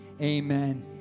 amen